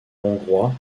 hongrois